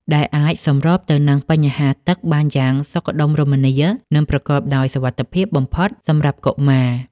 ដែលអាចសម្របទៅនឹងបញ្ហាទឹកបានយ៉ាងសុខដុមរមនា និងប្រកបដោយសុវត្ថិភាពបំផុតសម្រាប់កុមារ។